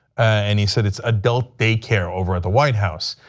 and he said it's adult day care over at the white house.